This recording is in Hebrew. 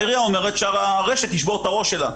העירייה אומרת שהרשת תשבור את הראש שלה,